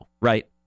right